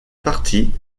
partie